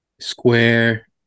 Square